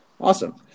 Awesome